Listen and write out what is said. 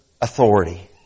authority